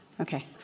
Okay